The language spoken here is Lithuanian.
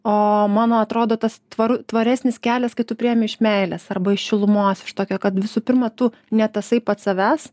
o mano atrodo tas tvaru tvaresnis kelias kai tu priėmi iš meilės arba iš šilumos iš tokio kad visų pirma tu ne tasai pats savęs